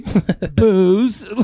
booze